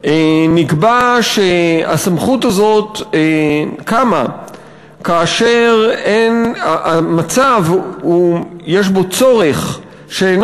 נקבע שהסמכות הזאת קמה כאשר יש במצב צורך שאינו